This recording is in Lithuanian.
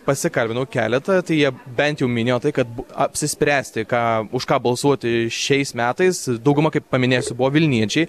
pasikalbinau keletą tai jie bent jau minėjo tai kad apsispręsti ką už ką balsuoti šiais metais dauguma kaip paminėsiu buvo vilniečiai